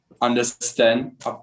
understand